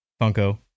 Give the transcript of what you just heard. Funko